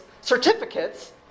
certificates